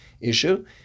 issue